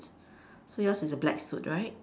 so yours is a black suit right